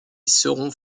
seront